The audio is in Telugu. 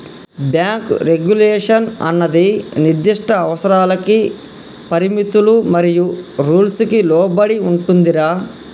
బ్యాంకు రెగ్యులేషన్ అన్నది నిర్దిష్ట అవసరాలకి పరిమితులు మరియు రూల్స్ కి లోబడి ఉంటుందిరా